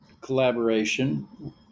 collaboration